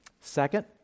Second